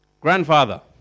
grandfather